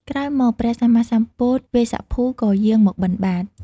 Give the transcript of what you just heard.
ក្រោយមក ព្រះសម្មាសម្ពុទ្ធវេស្សភូ ក៏យាងមកបិណ្ឌបាត។